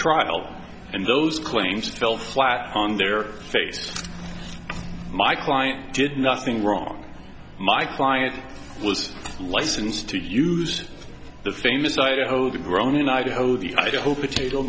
trial and those claims fell flat on their faces my client did nothing wrong my client was licensed to use the famous grown in idaho the idaho potato